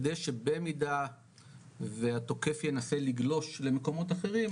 כדי שבמידה והתוקף ינסה לגלוש למקומות אחרים,